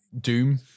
Doom